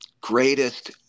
greatest